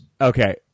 Okay